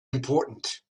important